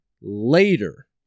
later